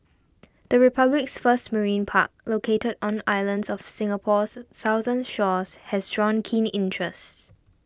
the Republic's first marine park located on islands off Singapore's southern shores has drawn keen interest